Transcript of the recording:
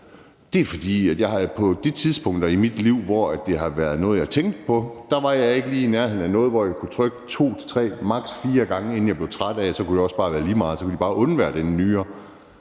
det er, fordi jeg på de tidspunkter i mit liv, hvor det har været noget, jeg tænkte på, ikke lige var i nærheden af noget, hvor jeg kunne trykke to-tre, maks. fire gange, inden jeg blev træt af det – så kunne det også bare være lige meget; så kunne de bare undvære den nyre.